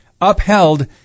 upheld